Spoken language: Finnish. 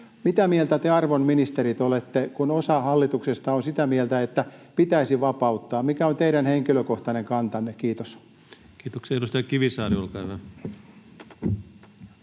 Mitä mieltä te, arvon ministerit, olette, kun osa hallituksesta on sitä mieltä, että huumeet pitäisi vapauttaa? Mikä on teidän henkilökohtainen kantanne? — Kiitos. Kiitoksia. — Edustaja Kivisaari, olkaa hyvä.